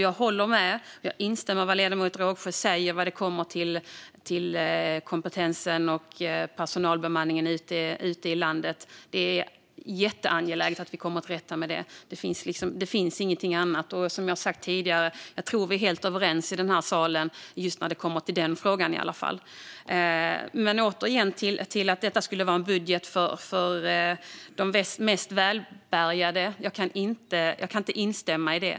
Jag instämmer i det ledamot Rågsjö sa om kompetens och bemanning ute i landet. Det är jätteangeläget att komma till rätta med de problemen, och som jag sagt tidigare tror jag att vi är helt överens i den här salen när det kommer till just den frågan. Men åter till att detta skulle vara en budget för de mest välbärgade. Jag kan inte instämma i det.